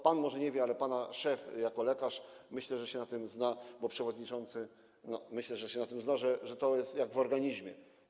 Pan może nie wie, ale pana szef jako lekarz, myślę, się na tym zna, bo przewodniczący, myślę, się na tym zna, że to jest jak w organizmie.